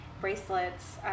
Bracelets